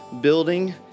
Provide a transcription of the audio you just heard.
building